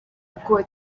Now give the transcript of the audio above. kuko